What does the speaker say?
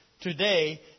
today